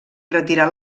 retirar